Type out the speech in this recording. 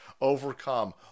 overcome